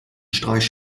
streich